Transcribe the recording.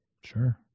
sure